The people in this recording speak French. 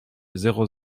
zéro